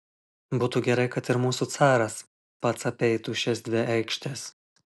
būtų gerai kad ir mūsų caras pats apeitų šias dvi aikštes